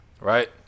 Right